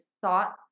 thought